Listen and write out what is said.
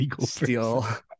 steal